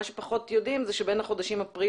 מה שפחות יודעים זה שבין החודשים אפריל